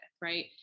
right